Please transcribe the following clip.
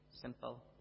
simple